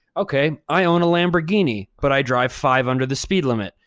okay, i own a lamborghini, but i drive five under the speed limit.